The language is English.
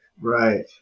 right